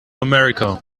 america